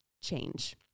change